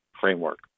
framework